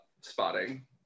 spotting